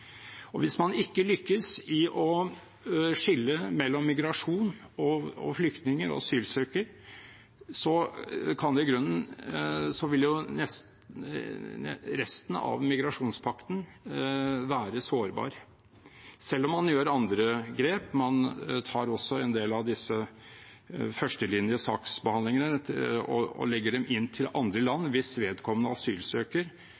Hvis man ikke lykkes i å skille mellom migrasjon og flyktninger og asylsøkere, vil jo resten av migrasjonspakten være sårbar selv om man tar andre grep. Man tar også en del av førstelinjesaksbehandlingene og legger dem til andre